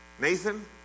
Nathan